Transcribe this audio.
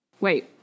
Wait